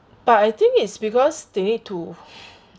but I think it's because they need to